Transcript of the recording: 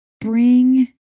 bring